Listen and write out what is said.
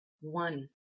one